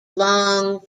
long